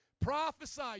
Prophesy